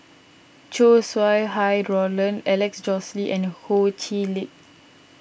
Chow Sau Hai Roland Alex Josey and Ho Chee Lick